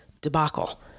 debacle